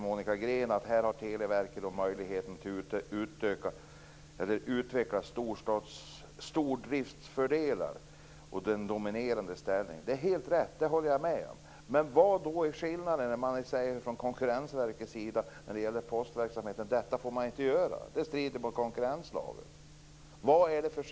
Monica Green säger att Telia har möjligheten att utveckla stordriftsfördelar och att verket har en dominerande ställning. Det är helt rätt - det håller jag med om. Men vad är skillnaden, när Konkurrensverket säger att man inom postverksamheten inte får göra så och att det strider mot konkurrenslagen?